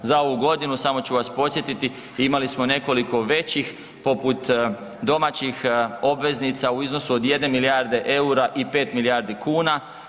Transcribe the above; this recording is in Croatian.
Za ovu godinu, samo ću vas podsjetiti imali smo nekoliko većih, poput domaćih obveznica u iznosu od 1 milijarde eura i 5 milijardi kuna.